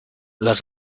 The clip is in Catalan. les